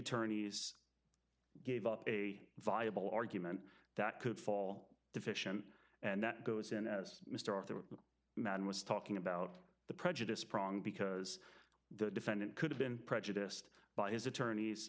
attorneys gave up a viable argument that could fall deficient and that goes in as mr arthur a man was talking about the prejudice prong because the defendant could have been prejudiced by his attorneys